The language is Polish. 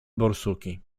borsuki